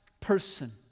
Person